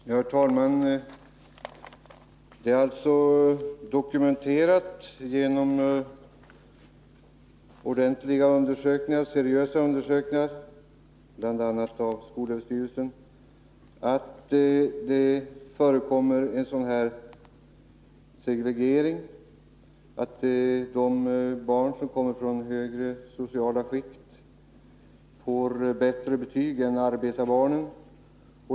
Herr talman! Det är dokumenterat genom seriösa undersökningar, bl.a. av skolöverstyrelsen, att det förekommer en segregering, att barn som kommer från högre sociala skikt får bättre betyg än arbetarbarn.